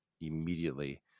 immediately